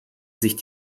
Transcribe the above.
sich